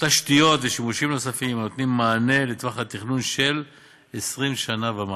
תשתיות ושימושים נוספים הנותנים מענה לטווח התכנון של 20 שנה ומעלה.